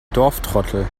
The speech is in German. dorftrottel